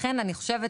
לכן אני חושבת,